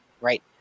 Right